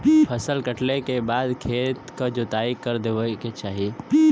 फसल कटले के बाद खेत क जोताई कर देवे के चाही